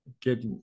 get